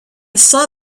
saw